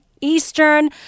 Eastern